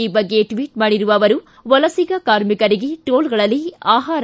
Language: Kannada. ಈ ಬಗ್ಗೆ ಟ್ವಿಟ್ ಮಾಡಿರುವ ಅವರು ವಲಸಿಗ ಕಾರ್ಮಿಕರಿಗೆ ಟೋಲ್ಗಳಲ್ಲಿ ಆಹಾರ